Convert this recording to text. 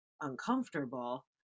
uncomfortable